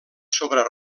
sobre